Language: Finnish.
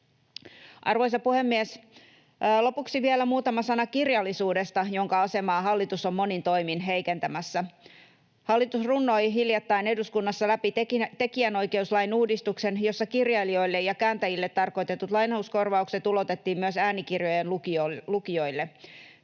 Arvoisa puhemies! Lopuksi vielä muutama sana kirjallisuudesta, jonka asemaa hallitus on monin toimin heikentämässä. Hallitus runnoi hiljattain eduskunnassa läpi tekijänoikeuslain uudistuksen, jossa kirjailijoille ja kääntäjille tarkoitetut lainauskorvaukset ulotettiin myös äänikirjojen lukijoille.